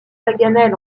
paganel